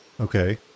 okay